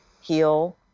heal